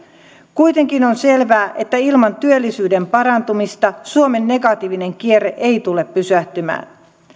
kuitenkin on selvää että ilman työllisyyden parantumista suomen negatiivinen kierre ei tule pysähtymään